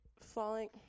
falling